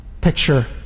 picture